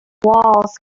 walls